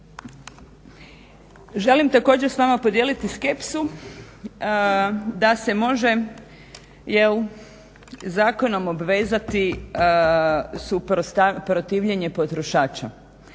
Želim također s vama podijeliti skepsu da se može zakonom obvezati protivljenje potrošača